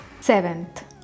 Seventh